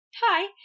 hi